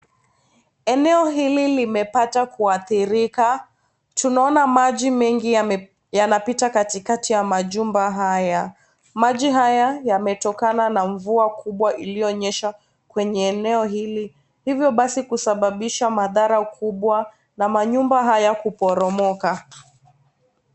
Eneo hili limepata kuhadhirika. Tunaona maji mengi yanapita katikati ya majumba haya. Maji haya yametokana na mvua kubwa iliyonyesha kwenye eneo hili, hivo basi kusababisha madhara kubwa na manyumba haya kuporomoka.